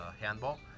handball